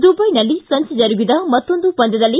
ದುಬೈನಲ್ಲಿ ಸಂಜೆ ಜರುಗಿದ ಮತ್ತೊಂದು ಪಂದ್ಯದಲ್ಲಿ